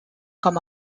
com